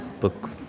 book